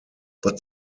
but